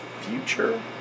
future